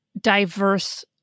diverse